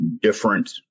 different